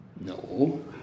No